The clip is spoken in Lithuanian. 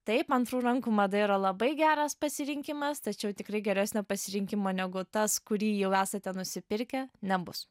taip antrų rankų mada yra labai geras pasirinkimas tačiau tikrai geresnio pasirinkimo negu tas kurį jau esate nusipirkę nebus